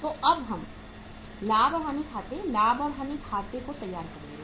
तो हम अब लाभ और हानि खाते लाभ और हानि खाते को तैयार करेंगे